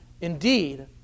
indeed